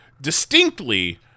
distinctly